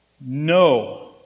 no